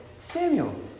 Samuel